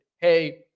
hey